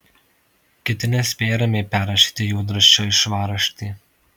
kiti nespėja ramiai perrašyti juodraščio į švarraštį